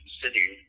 city